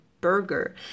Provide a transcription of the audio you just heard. burger